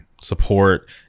support